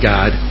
God